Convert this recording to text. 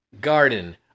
garden